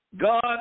God